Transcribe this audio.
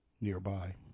nearby